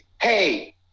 hey